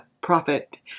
prophet